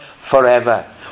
forever